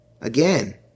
Again